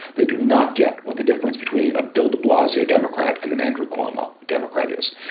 they do not get what the difference between a bill de blasio democrat and an andrew cuomo democrat is.